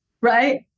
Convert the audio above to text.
right